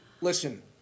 listen